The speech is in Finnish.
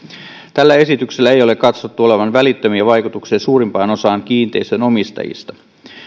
tällä esityksellä ei ole katsottu olevan välittömiä vaikutuksia suurimpaan osaan kiinteistönomistajista